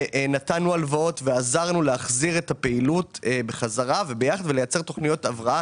נתנו הלוואות ועזרנו להחזיר את הפעילות ולייצר תכניות הבראה.